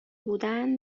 بودن